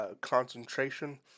concentration